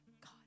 God